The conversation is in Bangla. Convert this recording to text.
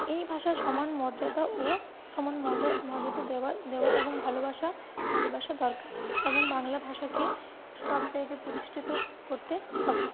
এই ভাষা সমান মর্যাদা ও সমান মর্যা মর্যাদা দেওয়া দেওয়া এবং ভালোবাসা ভালোবাসা দরকার এবং বাংলা ভাষাকে সব জায়গায় প্রতিষ্ঠিত করতে হবে